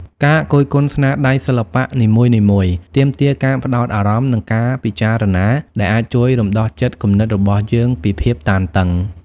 ការគយគន់ស្នាដៃសិល្បៈនីមួយៗ ទាមទារការផ្តោតអារម្មណ៍ និងការពិចារណា ដែលអាចជួយរំដោះចិត្តគំនិតរបស់យើងពីភាពតានតឹង។